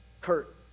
Kurt